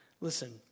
Listen